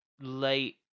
late